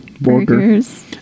Burgers